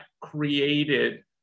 created